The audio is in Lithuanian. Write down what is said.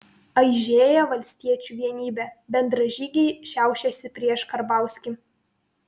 aižėja valstiečių vienybė bendražygiai šiaušiasi prieš karbauskį